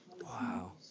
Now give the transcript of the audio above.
Wow